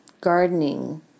gardening